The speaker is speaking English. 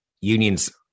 Unions